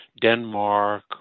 Denmark